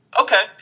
Okay